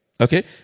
Okay